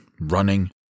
running